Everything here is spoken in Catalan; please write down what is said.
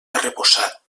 arrebossat